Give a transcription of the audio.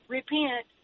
repent